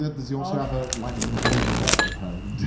does he also have a lightening mcqueen bed at home?